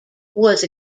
was